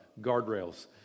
guardrails